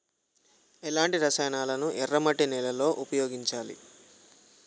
ఎలాంటి రసాయనాలను ఎర్ర మట్టి నేల లో ఉపయోగించాలి?